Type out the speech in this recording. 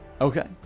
Okay